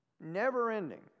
never-ending